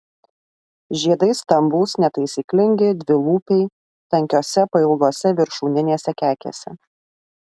žiedai stambūs netaisyklingi dvilūpiai tankiose pailgose viršūninėse kekėse